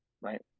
right